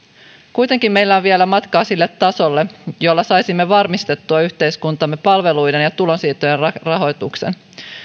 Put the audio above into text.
kuitenkin meillä on vielä matkaa sille tasolle jolla saisimme varmistettua yhteiskuntamme palveluiden ja tulonsiirtojen rahoituksen